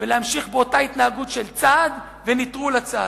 ולהמשיך באותה התנהגות של צעד ונטרול הצעד,